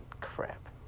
crap